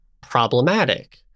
problematic